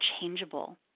changeable